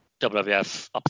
wwf